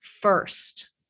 first